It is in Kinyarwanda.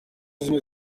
zimwe